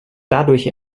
dadurch